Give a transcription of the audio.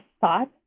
thought